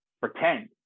pretend